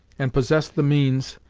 and possessed the means,